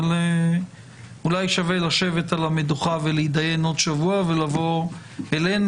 אבל אולי שווה לשבת על המדוכה ולהתדיין עוד שבוע ולבוא אלינו.